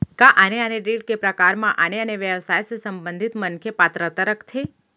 का आने आने ऋण के प्रकार म आने आने व्यवसाय से संबंधित मनखे पात्रता रखथे?